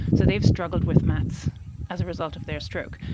so they have struggled with maths as a result of their stroke.